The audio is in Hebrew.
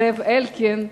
זאב אלקין,